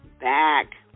back